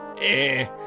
Eh